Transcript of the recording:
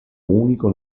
unico